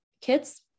kids